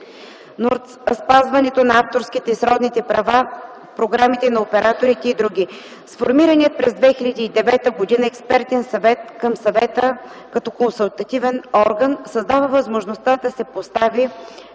спазването на авторските и сродни права в програмите на операторите и др. Сформираният през 2009 г. Експертен съвет към Съвета като консултативен орган създава възможността да се постави